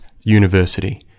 university